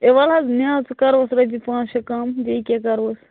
A وَل حظ نہِ حظ وۅنۍ کَرہوٚس رۄپیہِ پانٛژھ شےٚ کَم بیٚیہِ کیٛاہ کَرہوٚس